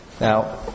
Now